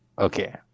okay